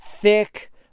thick